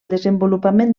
desenvolupament